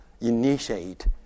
initiate